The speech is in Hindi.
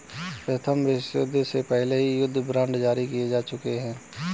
प्रथम विश्वयुद्ध के पहले भी युद्ध बांड जारी किए जा चुके हैं